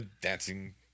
dancing